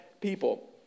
people